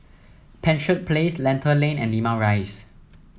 Penshurst Place Lentor Lane and Limau Rise